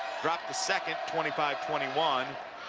dropped the second twenty five twenty one,